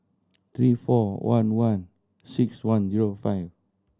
three four one one six one zero five